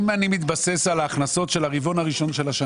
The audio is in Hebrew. אם אני מתבסס על ההכנסות של הרבעון של השנה,